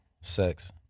sex